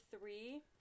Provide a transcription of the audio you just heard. three